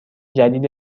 جدید